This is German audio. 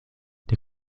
der